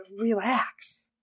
Relax